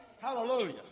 Hallelujah